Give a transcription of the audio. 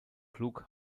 klug